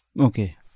Okay